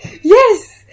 yes